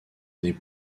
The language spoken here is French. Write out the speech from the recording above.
des